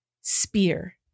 spear